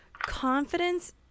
confidence